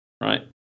right